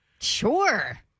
Sure